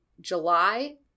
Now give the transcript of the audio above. july